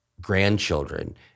grandchildren